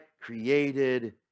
created